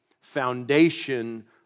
foundation